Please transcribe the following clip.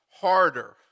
harder